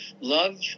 love